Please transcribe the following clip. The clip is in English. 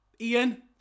Ian